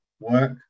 work